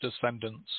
descendants